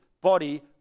body